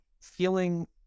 feeling